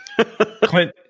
Clint